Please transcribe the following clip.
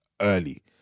early